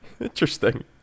Interesting